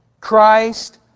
Christ